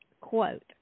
Quote